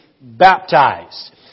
baptized